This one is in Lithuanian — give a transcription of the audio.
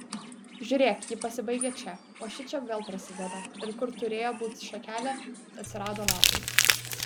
žiūrėk ji pasibaigia čia o šičia vėl prasideda ir kur turėjo būti šakelė atsirado lapai